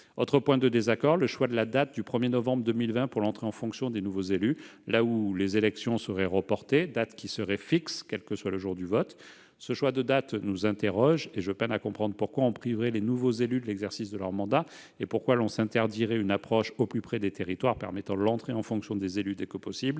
Autre point de désaccord : le choix de la date du 1 novembre 2020 pour l'entrée en fonction des nouveaux élus là où les élections seraient reportées, date qui serait fixe, quel que soit le jour du vote. Ce choix nous interroge ; je peine à comprendre pourquoi on priverait les nouveaux élus de l'exercice de leur mandat et pourquoi l'on s'interdirait une approche au plus près des territoires, permettant l'entrée en fonction des élus dès que possible,